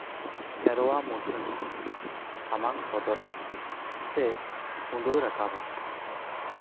ᱥᱮᱨᱣᱟ ᱢᱩᱴᱷᱟᱹᱱᱤᱧ ᱥᱟᱢᱟᱝ ᱥᱚᱫᱚᱨᱟ ᱥᱮ ᱠᱩᱫᱟᱹᱣ ᱨᱟᱠᱟᱵᱟ